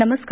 नमस्कार